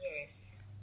Yes